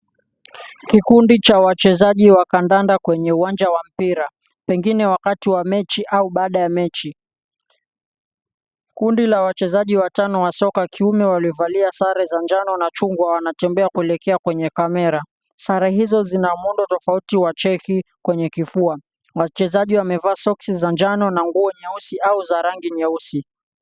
Kikundi cha wachezaji wa kandanda kwenye uwanja wa mpira. Pengine wakati wa mechi au baada ya mechi. Kundi la wachezaji watano wa soka wa kiume, waliovalia sare za njano na chungwa, wanatembea kuelekea kwenye kamera. Sare hizo zina muundo tofauti wa cheki kwenye kifua. Wachezaji wamevaa soksi za njano na nguo nyeusi au za rangi nyeusi.